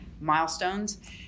milestones